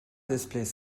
displays